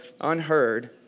unheard